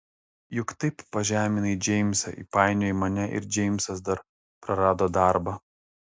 juk taip pažeminai džeimsą įpainiojai mane ir džeimsas dar prarado darbą